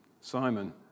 Simon